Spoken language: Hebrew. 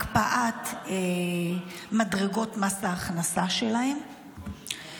הקפאת מדרגות מס ההכנסה שלהם,